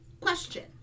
Question